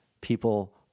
people